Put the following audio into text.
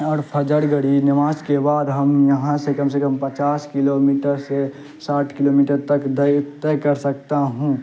اور فجر گھڑی نماز کے بعد ہم یہاں سے کم سے کم پچاس کلو میٹر سے ساٹھ کلو میٹر تک طے کر سکتا ہوں